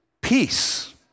peace